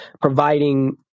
providing